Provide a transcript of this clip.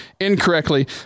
incorrectly